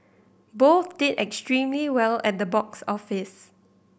both did extremely well at the box office